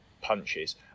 punches